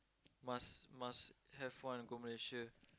must must have one go Malaysia